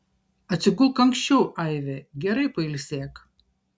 atsigulk anksčiau aive gerai pailsėk